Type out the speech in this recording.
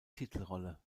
titelrolle